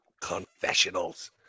confessionals